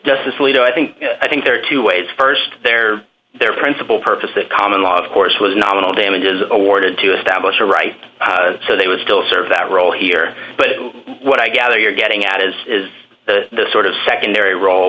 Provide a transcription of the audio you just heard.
justice alito i think i think there are two ways st there their principal purpose of common law of course was nominal damages awarded to establish a right so they would still serve that role here but what i gather you're getting at is is the sort of secondary role